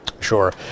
sure